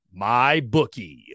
MyBookie